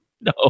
no